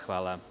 Hvala.